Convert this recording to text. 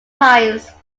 times